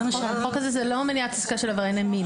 החוק הזה הוא לא מניעת העסקה של עברייני מין.